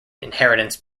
inheritance